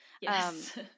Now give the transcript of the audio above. Yes